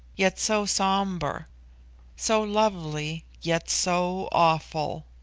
yet so sombre so lovely, yet so awful.